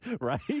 Right